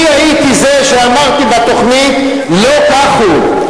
אני הייתי זה שאמר בתוכנית: לא כך הוא.